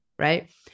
Right